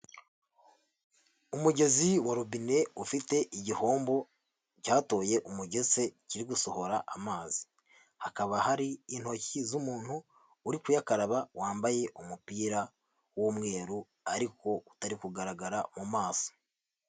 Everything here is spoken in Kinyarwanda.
Umugezi wa robine ufite igihombo cyatoye umugese kiri gusohora amazi, hakaba hari intoki z'umuntu uri kuyakaraba wambaye umupira w'umweru ariko utari kugaragara mu maso.